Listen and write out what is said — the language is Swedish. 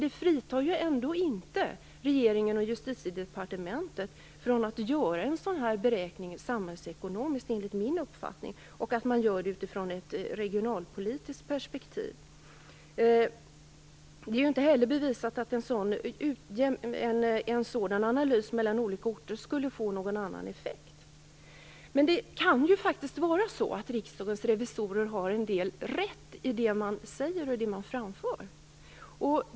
Det fritar ändå inte, enligt min uppfattning, regeringen och Justitiedepartementet från ansvaret för att göra en samhällsekonomisk beräkning, dessutom i ett regionalpolitiskt perspektiv. Inte heller är det bevisat att en sådan analys, en sådan jämförelse mellan olika orter, skulle få en annan effekt. Men Riksdagens revisorer kan faktiskt ha rätt i en del av det man framför.